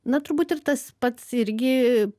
na turbūt ir tas pats irgi